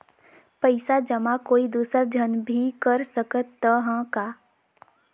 पइसा जमा कोई दुसर झन भी कर सकत त ह का?